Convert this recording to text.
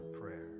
prayer